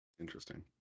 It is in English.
Interesting